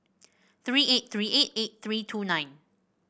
three eight three eight eight three two nine